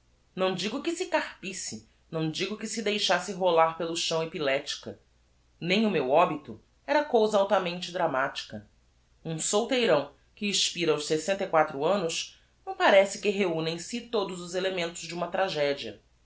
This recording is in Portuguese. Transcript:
não digo que se carpisse não digo que se deixasse rolar pelo chão epileptica nem o meu óbito era cousa altamente dramatica um solteirão que expira aos sessenta e quatro annos não parece que reuna em si todos os elementos de uma tragedia